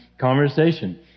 conversation